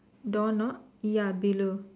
door knob ya below